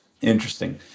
Interesting